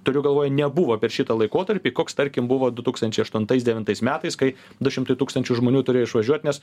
turiu galvoj nebuvo per šitą laikotarpį koks tarkim buvo du tūkstančiai aštuntais devintais metais kai du šimtai tūkstančių žmonių turėjo išvažiuot nes